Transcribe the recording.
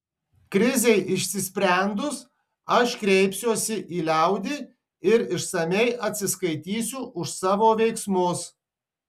krizei išsisprendus aš kreipsiuosi į liaudį ir išsamiai atsiskaitysiu už savo veiksmus